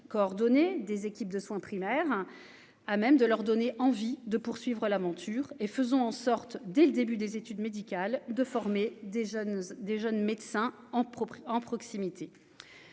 coordonnées des équipes de soins primaires à même de leur donner envie de poursuivre l'aventure et faisons en sorte dès le début des études médicales de former des jeunes, des jeunes